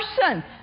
person